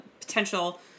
potential